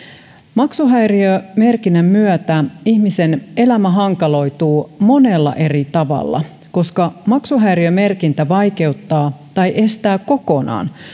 maksuhäiriömerkinnän myötä ihmisen elämä hankaloituu monella eri tavalla koska maksuhäiriömerkintä vaikeuttaa tai estää kokonaan